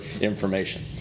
information